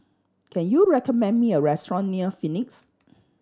can you recommend me a restaurant near Phoenix